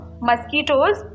mosquitoes